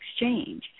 exchange